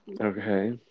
Okay